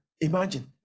imagine